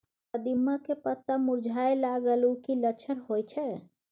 कदिम्मा के पत्ता मुरझाय लागल उ कि लक्षण होय छै?